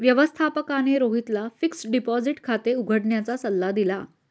व्यवस्थापकाने रोहितला fixed deposit खाते उघडण्याचा सल्ला दिला